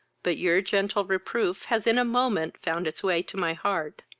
but your gentle reproof has in a moment found its way to my heart.